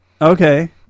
okay